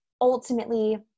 ultimately